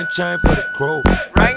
right